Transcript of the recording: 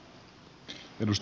herra puhemies